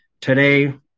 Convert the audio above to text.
Today